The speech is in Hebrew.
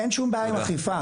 אין שום בעיה עם אכיפה,